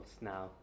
now